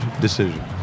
decision